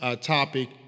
topic